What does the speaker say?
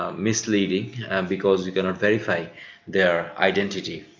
ah misleading and because you cannot verify their identity.